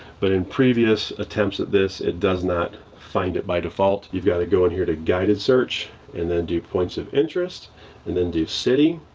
but in previous attempts at this, it does not find it by default. you've got to go in here to guided search and then do points of interest and then do city.